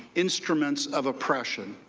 instruments of oppression.